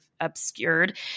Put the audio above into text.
obscured